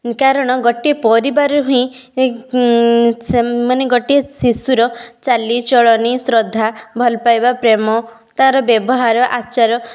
କାରଣ ଗୋଟିଏ ପରିବାରରୁ ହିଁ ସେମାନେ ଗୋଟିଏ ଶିଶୁର ଚାଲିଚଳଣି ଶ୍ରଦ୍ଧା ଭଲ ପାଇବା ପ୍ରେମ ତା'ର ବ୍ୟବହାର ଆଚାର